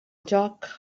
joc